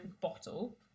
bottle